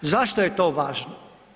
Zašto je to važno?